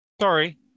Sorry